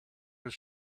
his